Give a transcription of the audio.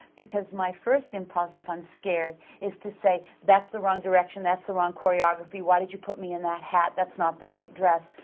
because my first impulse, if i'm scared, is to say, that's the wrong direction, that's the wrong choreography. why did you put me in that hat? that's not the right dress.